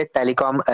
Telecom